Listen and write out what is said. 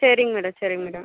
சரிங்க மேடம் சரிங்க மேடம்